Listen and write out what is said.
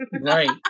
Right